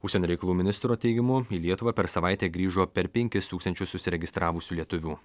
užsienio reikalų ministro teigimu į lietuvą per savaitę grįžo per penkis tūkstančius užsiregistravusių lietuvių